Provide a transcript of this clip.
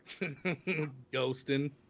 ghosting